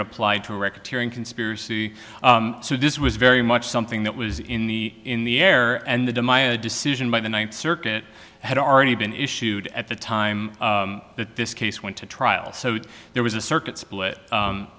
it applied to a record hearing conspiracy so this was very much something that was in the in the air and the de my decision by the ninth circuit had already been issued at the time that this case went to trial so there was a circuit split